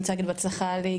אני רוצה להגיד בהצלחה ליגאל,